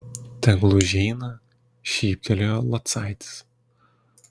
tegul užeina šyptelėjo locaitis